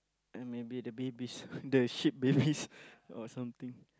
uh maybe the babies the sheep babies or something